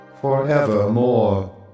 forevermore